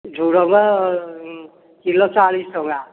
ଝୁଡ଼ଙ୍ଗ କିଲୋ ଚାଳିଶ ଟଙ୍କା